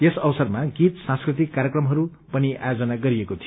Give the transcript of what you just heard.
यस अवसरमा गीत सांस्कृतिक कार्यक्रमहरू पनि आयोजन गरिएको थियो